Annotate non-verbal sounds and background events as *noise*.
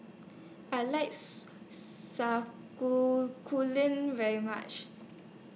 I likes *unintelligible* very much